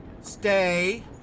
Stay